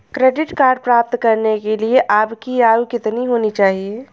Credit card प्राप्त करने के लिए आपकी आयु कितनी होनी चाहिए?